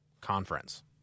conference